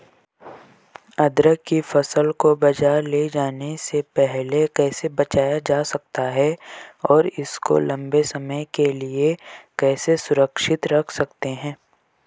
अदरक की फसल को बाज़ार ले जाने से पहले कैसे बचाया जा सकता है और इसको लंबे समय के लिए कैसे सुरक्षित रख सकते हैं?